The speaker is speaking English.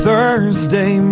Thursday